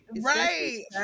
right